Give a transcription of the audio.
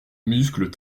muscles